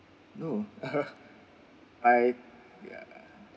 no I ya